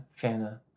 Fana